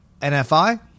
NFI